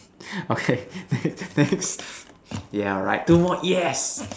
okay next yeah right two more yes